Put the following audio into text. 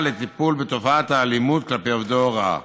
לטיפול בתופעת האלימות כלפי עובדי הוראה.